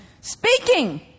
Speaking